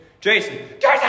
Jason